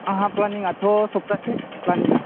आंहा प्लानिङाथ' सप्तासे प्लानिङा